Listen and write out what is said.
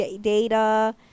data